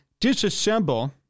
disassemble